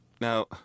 Now